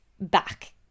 back